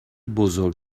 بزرگ